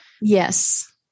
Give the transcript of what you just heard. yes